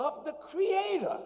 up the creator